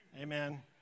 Amen